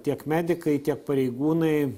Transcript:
tiek medikai tiek pareigūnai